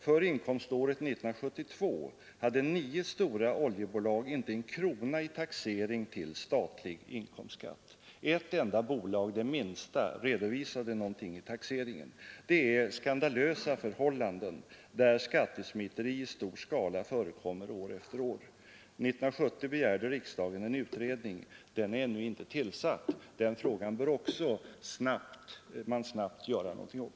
För inkomståret 1972 hade nio stora oljebolag inte en krona i taxering till statlig inkomstskatt. Ett enda bolag, det minsta, redovisade inkomster vid taxeringen. Det är skandalösa förhållanden, där skattesmiteri i stor skala förekommer år efter år. Riksdagen begärde 1970 en utredning, men den är ännu inte tillsatt. Även den frågan bör man snabbt göra något åt.